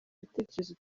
bitekerezo